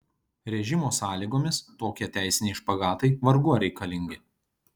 režimo sąlygomis tokie teisiniai špagatai vargu ar reikalingi